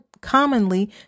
commonly